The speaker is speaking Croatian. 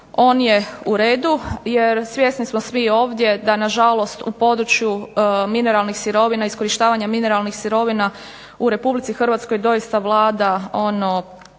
on je uredu, jer svjesni smo svi ovdje da nažalost u području iskorištavanja mineralnih sirovina u RH doista vlada ono